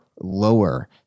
lower